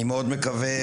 אני מאוד מקווה.